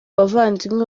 bavandimwe